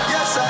Yes